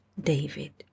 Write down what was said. David